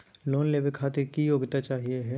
Loan लेवे खातीर की योग्यता चाहियो हे?